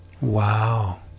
Wow